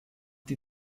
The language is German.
die